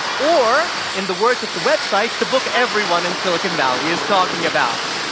or in the words of the website, the book everyone in silicon valley is talking about.